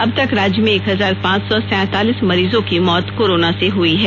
अबतक राज्य में एक हजार पांच सौ सैंतीलीस मरीजों की मौत कोरोना से हुई है